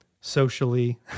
socially